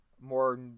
more